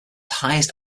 highest